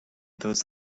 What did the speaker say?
those